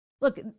Look